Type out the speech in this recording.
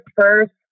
first